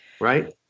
right